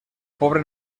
pobre